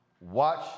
Watch